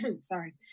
Sorry